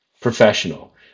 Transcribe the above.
professional